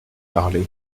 parlé